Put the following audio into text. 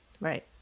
Right